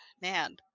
man